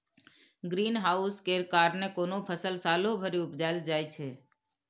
green house केर कारणेँ कोनो फसल सालो भरि उपजाएल जाइ छै